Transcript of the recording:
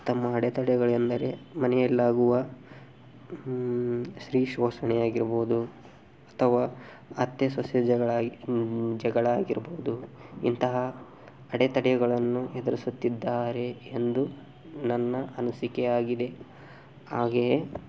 ತಮ್ಮ ಅಡೆತಡೆಗಳೆಂದರೆ ಮನೆಯಲ್ಲಾಗುವ ಸ್ತ್ರೀ ಶೋಷಣೆ ಆಗಿರ್ಬೋದು ಅಥವಾ ಅತ್ತೆ ಸೊಸೆ ಜಗಳ ಜಗಳ ಆಗಿರ್ಬೋದು ಇಂತಹ ಅಡೆತಡೆಗಳನ್ನು ಎದುರಿಸುತ್ತಿದ್ದಾರೆ ಎಂದು ನನ್ನ ಅನಿಸಿಕೆ ಆಗಿದೆ ಹಾಗೆಯೇ